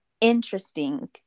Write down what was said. interesting